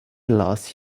lost